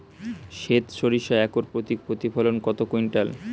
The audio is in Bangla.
সেত সরিষা একর প্রতি প্রতিফলন কত কুইন্টাল?